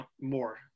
more